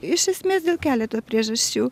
iš esmės dėl keleto priežasčių